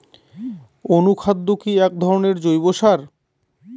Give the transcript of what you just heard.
অনুখাদ্য কি এক ধরনের জৈব সার?